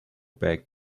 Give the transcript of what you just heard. back